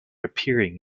appearing